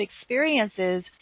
experiences